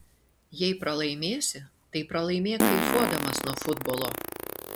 jei pralaimėsi tai pralaimėk kaifuodamas nuo futbolo